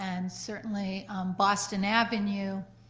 and certainly boston avenue,